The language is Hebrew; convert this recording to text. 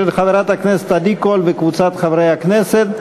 של חברת הכנסת עדי קול וקבוצת חברי הכנסת.